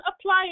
apply